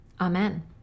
Amen